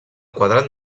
quadrat